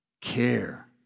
Care